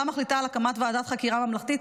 מחליטה על הקמת ועדת חקירה ממלכתית,